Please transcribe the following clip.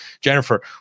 Jennifer